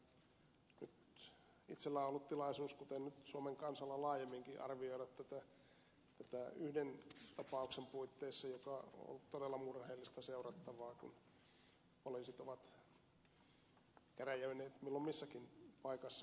nyt itselläni on ollut tilaisuus kuten nyt suomen kansalla laajemminkin arvioida tätä yhden tapauksen puitteissa joka on ollut todella murheellista seurattavaa kun poliisit ovat käräjöineet milloin missäkin paikassa